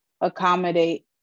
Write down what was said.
accommodate